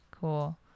cool